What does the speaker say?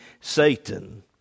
Satan